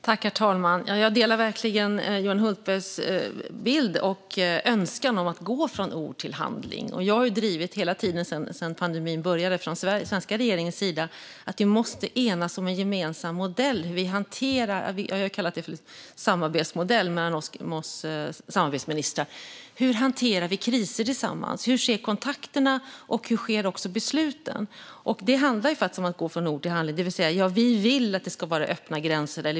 Herr talman! Jag delar verkligen Johan Hultbergs bild och hans önskan om att gå från ord till handling. Hela tiden sedan pandemin började har jag från den svenska regeringens sida drivit att vi måste enas om en gemensam modell - jag har kallat det för samarbetsmodell - mellan oss samarbetsministrar. Hur hanterar vi kriser tillsammans, hur ser kontakterna ut och hur sker besluten? Det handlar faktiskt om att gå från ord till handling. Ja, vi vill att det ska vara öppna gränser.